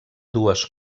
dues